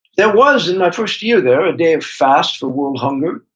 there was, in my first year there, a day of fast for world hunger